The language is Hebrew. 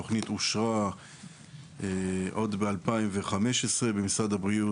התוכנית אושרה עוד ב-2015 במשרד הבריאות.